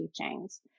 teachings